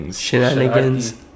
Shenanigans